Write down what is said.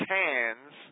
hands